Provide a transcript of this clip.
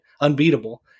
unbeatable